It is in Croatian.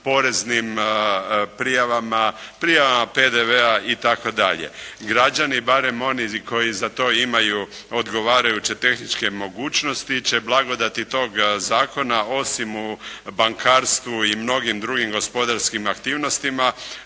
poreznim prijavama, prijavama PDV-a itd. Građani, barem oni koji za to imaju odgovarajuće tehničke mogućnosti će blagodati tog zakona, osim u bankarstvu i mnogim drugim gospodarskim aktivnostima,